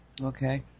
Okay